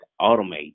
automate